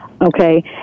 Okay